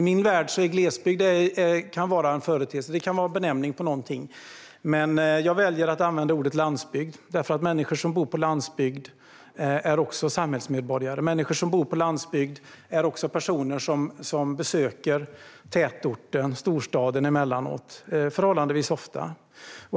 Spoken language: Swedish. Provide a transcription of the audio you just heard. I min värld kan glesbygd vara en företeelse, en benämning på någonting. Men jag väljer att använda ordet landsbygd, för människor som bor på landsbygd är också samhällsmedborgare. Människor som bor på landsbygd besöker också tätorten eller storstaden emellanåt - förhållandevis ofta.